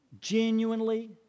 genuinely